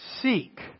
seek